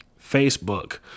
Facebook